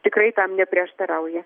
tikrai tam neprieštarauja